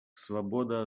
свобода